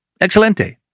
Excelente